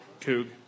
Coog